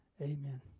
Amen